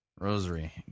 Rosary